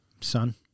Son